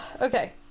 Okay